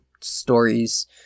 stories